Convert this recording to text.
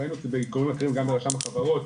ראינו את זה במקומות אחרים, גם ברשם החברות.